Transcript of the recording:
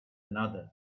another